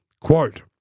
quote